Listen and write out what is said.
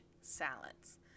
salads